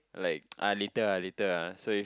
like ah later la later la so it